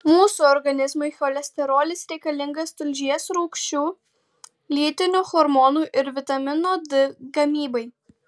mūsų organizmui cholesterolis reikalingas tulžies rūgščių lytinių hormonų ir vitamino d gamybai